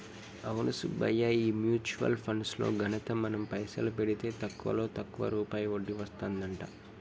అవును సుబ్బయ్య ఈ mutual funds లో ఘనత మనం పైసలు పెడితే తక్కువలో తక్కువ రూపాయి వడ్డీ వస్తదంట